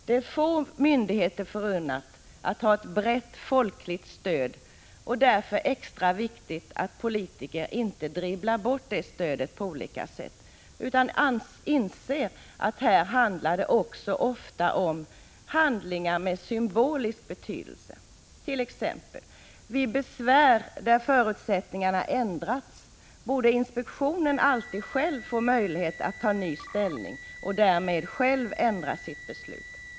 Det är få myndigheter förunnat att ha ett brett folkligt stöd, och därför är — Regeringens handläggdet extra viktigt att politiker inte dribblar bort det stödet på olika sätt utan — ning av datafrågor inser att det ofta handlar om handlingar med symbolisk betydelse. Vid besvär där förutsättningarna ändrats borde t.ex. inspektionen alltid själv få möjlighet att 'ta ny ställning och därmed själv ändra sitt beslut.